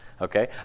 okay